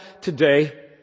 today